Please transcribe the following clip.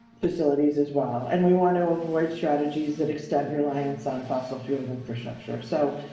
facilities as well. and we want to avoid strategies that extend reliance on fossil fuel infrastructure. so,